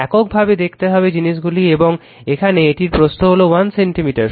একক ভাবে দেখতে হবে জিনিসগুলি এবং এখানে এটির প্রস্থ হল 1 সেন্টিমিটার